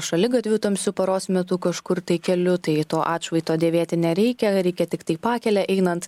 šaligatviu tamsiu paros metu kažkur tai keliu tai to atšvaito dėvėti nereikia reikia tiktai pakele einant